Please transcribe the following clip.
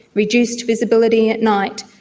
reduced visibility at night,